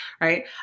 right